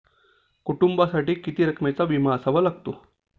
कुटुंबासाठी किती रकमेचा विमा असावा लागतो?